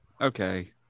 Okay